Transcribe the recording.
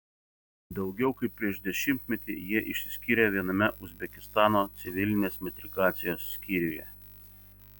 daugiau kaip prieš dešimtmetį jie išsiskyrė viename uzbekistano civilinės metrikacijos skyriuje